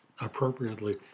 appropriately